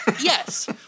Yes